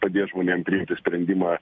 padės žmonėm priimti sprendimą